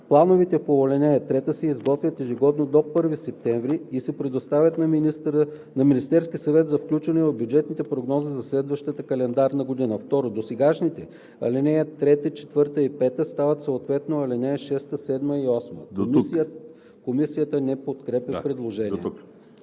Плановете по ал. 3 се изготвят ежегодно до 1 септември и се предоставят на Министерския съвет за включване в бюджетните прогнози за следващата календарна година.“ 2. Досегашните ал. 3, 4 и 5 стават съответно ал. 6, 7 и 8.“ Комисията не подкрепя предложението.